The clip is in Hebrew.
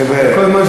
חבר'ה,